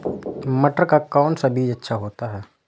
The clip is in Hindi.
मटर का कौन सा बीज अच्छा होता हैं?